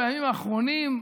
בימים האחרונים: